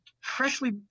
freshly